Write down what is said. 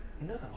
No